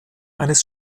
eines